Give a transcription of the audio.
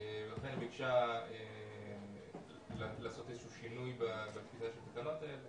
לכן היא ביקשה לעשות שינוי בתקנות האלה